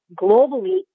globally